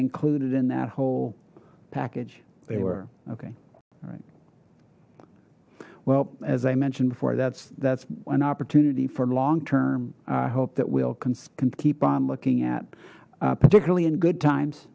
included in that whole package they were okay all right well as i mentioned before that's that's an opportunity for long term i hope that we'll keep on looking at particularly in good times